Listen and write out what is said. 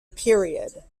period